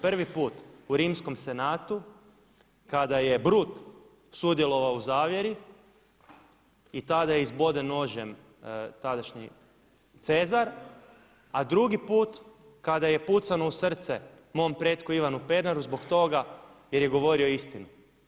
Prvi put u Rimskom senatu kada je Brut sudjelovao u zavjeri i tada izboden nožem tadašnji cezar, a drugi put kada je pucano u srce mom pretku Ivanu Pernaru zbog toga jer je govorio istinu.